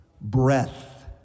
breath